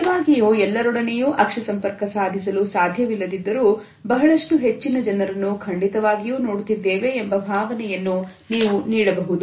ನಿಜವಾಗಿಯೂ ಎಲ್ಲರೊಡನೆಯೂ ಅಕ್ಷಿ ಸಂಪರ್ಕ ಸಾಧಿಸಲು ಸಾಧ್ಯವಿಲ್ಲದಿದ್ದರೂ ಬಹಳಷ್ಟು ಹೆಚ್ಚಿನ ಜನರನ್ನು ಖಂಡಿತವಾಗಿಯೂ ನೋಡುತ್ತಿದ್ದೇವೆ ಎಂಬ ಭಾವನೆಯನ್ನು ನೀವು ನೀಡಬಹುದು